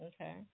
Okay